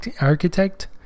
architect